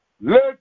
Let